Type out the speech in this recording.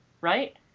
right